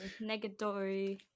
negatory